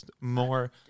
more